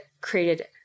created